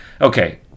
Okay